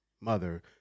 mother